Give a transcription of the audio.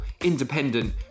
independent